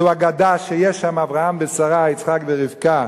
זו אגדה שיש שם אברהם ושרה, יצחק ורבקה,